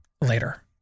later